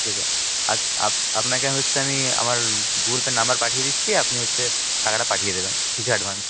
ঠিক আছে আর আপনাকে হচ্ছে আমি আমার গুগলপের নাম্বার পাঠিয়ে দিচ্ছি আপনি হচ্ছে টাকাটা পাঠিয়ে দেবেন কিছু অ্যাডভান্স